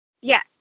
Yes